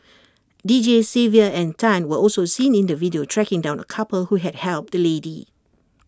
Deejays Xavier and Tan were also seen in the video tracking down A couple who had helped the lady